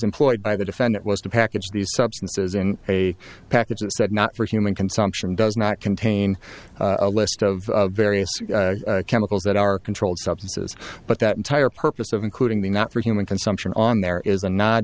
employed by the defendant was to package these substances in a package that said not for human consumption does not contain a list of various chemicals that are controlled substances but that entire purpose of including the not for human consumption on there is a no